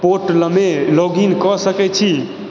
portal मे log in कऽ सकै छी